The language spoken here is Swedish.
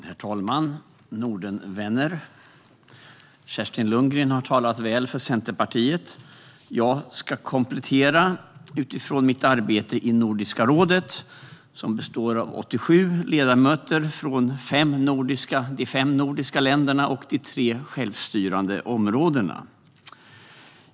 Herr talman! Nordenvänner! Kerstin Lundgren har väl talat för Centerpartiet, och jag ska komplettera utifrån mitt arbete i Nordiska rådet, som består av 87 ledamöter från de fem nordiska länderna och de tre självstyrande områdena.